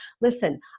Listen